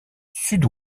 sud